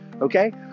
okay